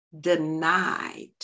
denied